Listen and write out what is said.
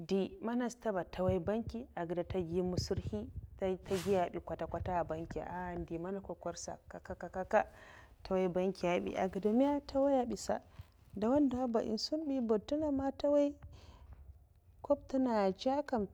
Nde mana sata'n ba nte nwoya banki a ged ntegui mwutsurhi, nte giu bi kwata kwata a banki ah nde man kwokwar sa kya kya nte nwaiy'a banki'ya bi, egeda man nte nwaiya bi sa ndaw'ndawa ba eh sunbi gal ntenga nta nwoya kwoba ntenga adzebi